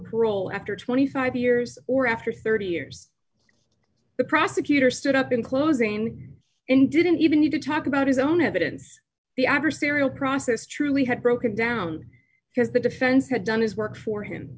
parole after twenty five years or after thirty years the prosecutor stood up in closing in didn't even need to talk about his own evidence the adversarial process truly had broken down because the defense had done his work for him